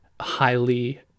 highly